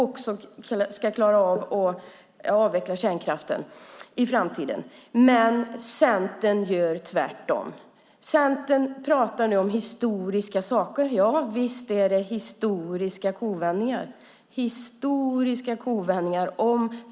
Centern gör tvärtom. Centern pratar om historiska saker. Visst är det historiska kovändningar!